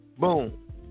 Boom